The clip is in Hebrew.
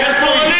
איפה היא?